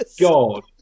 god